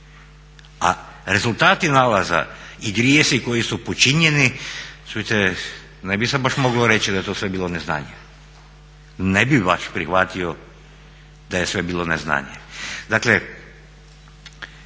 A rezultati nalaza i grijesi koji su počinjeni, čujte, ne bi se baš moglo reći da je to sve bilo neznanje. Ne bih baš prihvatio da je sve bilo neznanje.